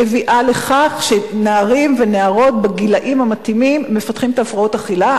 מביאה לכך שנערים ונערות בגילים המתאימים מפתחים הפרעות אכילה.